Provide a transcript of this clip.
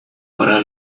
para